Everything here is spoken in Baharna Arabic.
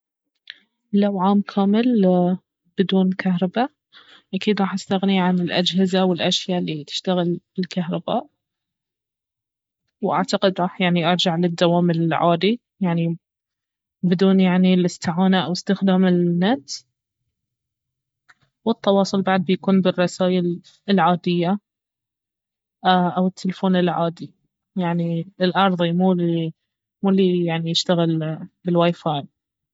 لو عام كامل بدون كهربا اكيد راح استغني عن الأجهزة والاشيا الي تشتغل بالكهرباء واعتقد راح يعني ارجع للدوام العادي يعني بدون يعني الاستعانة او استخدام النت والتواصل بعد بيكون بالرسايل العادية او التلفون العادي يعني الأرضي مو الي يعني يشتغل بالواي فاي